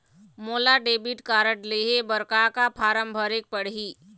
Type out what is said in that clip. मोला debit card लेहे बर का का फार्म भरेक पड़ही?